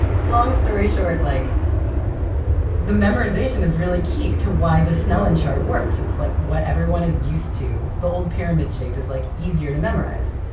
long story short, like the memorization is really key to why the snellen chart works. it's like what everyone is used to. the old pyramid shape is like easier to memorize.